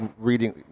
reading